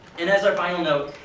and as our final note,